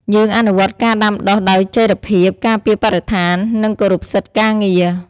យើងអនុវត្តការដាំដុះដោយចីរភាព ការពារបរិស្ថាន និងគោរពសិទ្ធិការងារ។